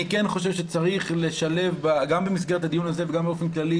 אני חושב שצריך לשלב גם במסגרת הדיון הזה וגם באופן כללי